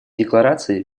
декларации